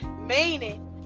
Meaning